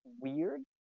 weird